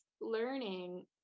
learning